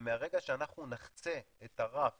ומרגע שאנחנו נחצה את הרף